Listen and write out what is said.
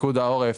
פיקוד העורף,